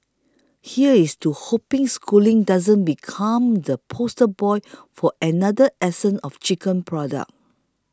here's to hoping Schooling doesn't become the poster boy for another 'essence of chicken' product